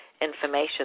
information